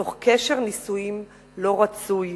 בתוך קשר נישואים לא רצוי,